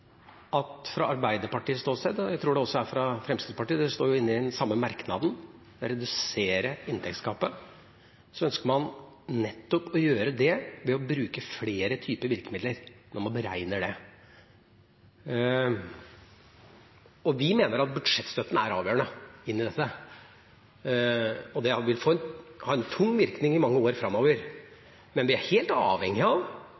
fra Arbeiderpartiets ståsted – jeg tror også fra Fremskrittspartiets, de står jo inne i den samme merknaden – at de skal redusere inntektsgapet. Så ønsker man nettopp å gjøre det ved å bruke flere typer virkemidler når man beregner det. Vi mener at budsjettstøtten er avgjørende i dette, og den vil ha en stor virkning i mange år framover. Men vi er helt avhengig av